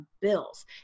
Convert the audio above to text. bills